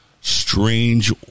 strange